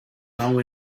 now